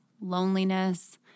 loneliness